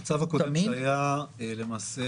המצב שהיה קודם,